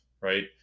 right